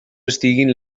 estiguin